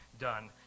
done